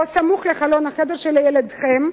או סמוך לחלון החדר של ילדכם,